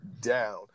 down